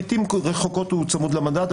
לעיתים רחוקות הוא צמוד למדד,